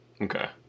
okay